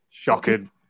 Shocking